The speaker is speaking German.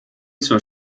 zur